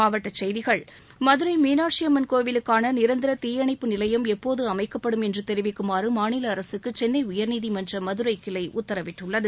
மாவட்டக் செய்திகள் மதுரை மீனாட்சி அம்மன் கோவிலுக்கான நிரந்தர தீயணைப்பு நிலையம் எப்போது அமைக்கப்படும் என்று தெரிவிக்குமாறு மாநில அரசுக்கு சென்னை உயர்நீதிமன்ற மதுரை கிளை உத்தரவிட்டுள்ளது